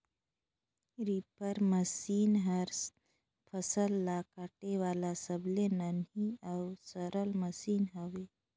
reaper machine हर फसल ल काटे वाला सबले नान्ही अउ सरल मसीन हवे